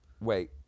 wait